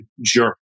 jerk